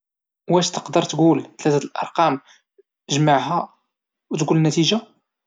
واش تقدر تقول ثلاثة د الارقام جمعها وتقول النتيجة؟